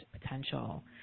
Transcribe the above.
potential